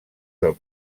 del